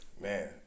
Man